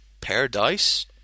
Paradise